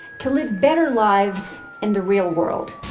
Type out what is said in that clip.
to live better lives in the real world.